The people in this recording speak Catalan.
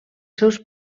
seus